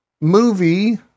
movie